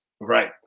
Right